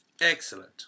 Excellent